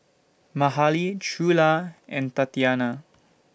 Mahalie Trula and Tatiana